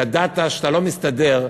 ידעת שאתה לא תסתדר,